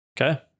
Okay